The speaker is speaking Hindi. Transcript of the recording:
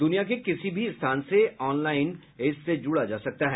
दुनिया के किसी भी स्थान से ऑनलाइन इससे जुड़ा जा सकता है